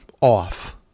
off